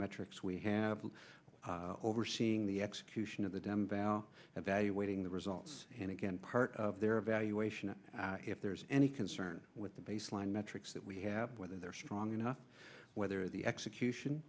metrics we have them overseeing the execution of the dam val evaluating the results and again part of their evaluation if there's any concern with the baseline metrics that we have whether they're strong enough whether the